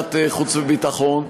בוועדת החוץ והביטחון.